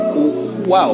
Wow